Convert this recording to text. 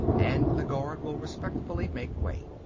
and the guard will respectfully make way.